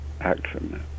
action